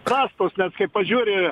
prastos nes kai pažiūri